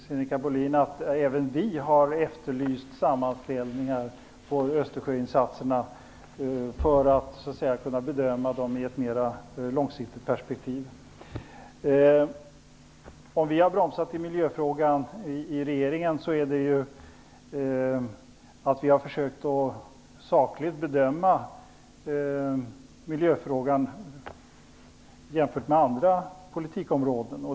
Sinikka Bohlin vet att även vi moderater har efterlyst sammanställningar över Östersjöinsatserna för att kunna bedöma dem i ett mer lågsiktigt perspektiv. Om vi moderater har bromsat i miljöfrågan i regeringen beror det på att vi har försökt att sakligt bedöma miljöfrågan jämfört med andra politikområden.